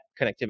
connectivity